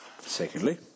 Secondly